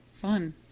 fun